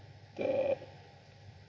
the